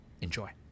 Enjoy